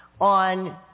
on